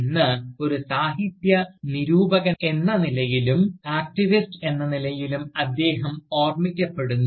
ഇന്ന് ഒരു സാഹിത്യ നിരൂപകനെന്ന നിലയിലും ആക്ടിവിസ്റ്റ് എന്ന നിലയിലും അദ്ദേഹം ഓർമ്മിക്കപ്പെടുന്നു